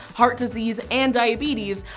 heart disease, and diabetes,